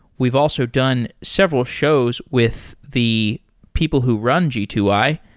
we've also done several shows with the people who run g two i,